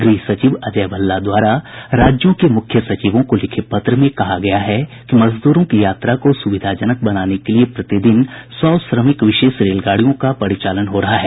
गृह सचिव अजय भल्ला द्वारा राज्यों के मुख्य सचिवों को लिखे पत्र में कहा गया है कि मजदूरों की यात्रा को सुविधाजनक बनाने के लिए प्रतिदिन सौ श्रमिक विशेष रेलगाडियों का परिचालन हो रहा है